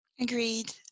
Agreed